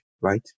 right